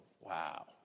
wow